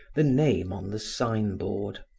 the name on the signboard.